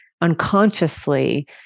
unconsciously